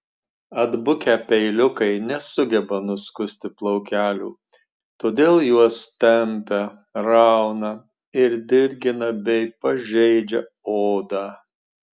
atbukę peiliukai nesugeba nuskusti plaukelių todėl juos tempia rauna ir dirgina bei pažeidžia odą